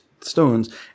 stones